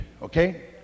Okay